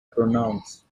pronounce